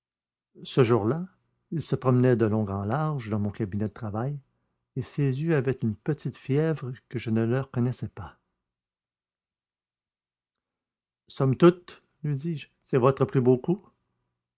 ce jour-là il se promenait de long en large dans mon cabinet de travail et ses yeux avaient une petite fièvre que je ne leur connaissais pas somme toute lui dis-je c'est votre plus beau coup